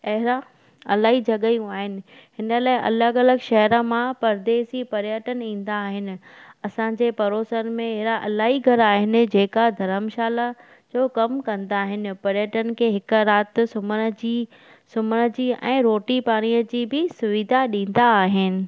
अहिड़ा अलाई जॻहियूं आहिनि हिन लाइ अलॻि अलॻि शहर मां परदेसी पर्यटन ईंदा आहिनि असांजे पड़ोसनि में अहिड़ा अलाई घर आहिनि जेका धरमशाला जो कम कंदा आहिनि पर्यटन खे हिक राति सुम्हण जी सुम्हण जी ऐं रोटी पाणीअ जी बि सुविधा ॾींदा आहिनि